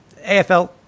AFL